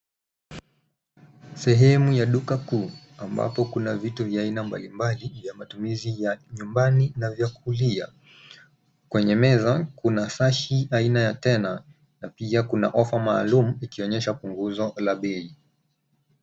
Sehemu ya duka kuu, ambapo kuna vitu vya aina mbalimbali vya matumizi ya nyumbani na vya kulia. Kwenye meza, kuna fashi aina ya Tena na pia kuna ofa maalum ikionyesha punguzo la bei.